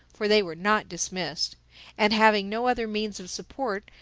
for they were not dismissed and, having no other means of support,